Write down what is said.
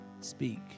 Speak